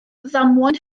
ddamwain